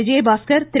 Vijayabaskar Thiru